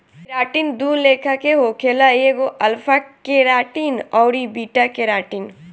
keratin दू लेखा के होखेला एगो अल्फ़ा केराटिन अउरी बीटा केराटिन